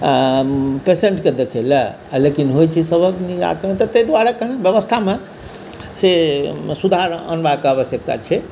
पेशेन्टके देखय लेल आ लेकिन होइत छै सभक निराकरण तऽ ताहि दुआरे कनि व्यवस्थामे से सुधार अनबाक आवश्यकता छै